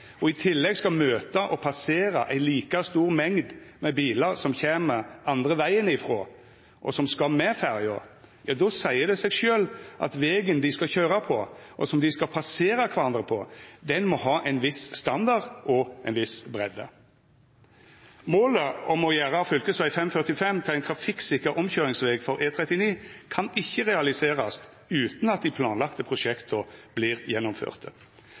og i tillegg skal møta og passera ei like stor mengd med bilar som kjem andre vegen ifrå, og som skal med ferja, ja, då seier det seg sjølv at vegen dei skal køyra på, og som dei skal passera kvarandre på, må ha ein viss standard og ei viss breidde. Målet om å gjera fv. 545 til ein trafikksikker omkøyringsveg for E39 kan ikkje realiserast utan at dei planlagde prosjekta vert gjennomførte.